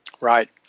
Right